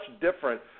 different